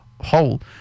whole